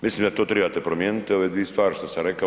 Mislim da to trebate promijeniti ove dvije stvari što sam rekao.